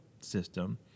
system